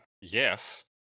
yes